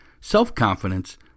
self-confidence